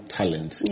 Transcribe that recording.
talent